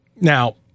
Now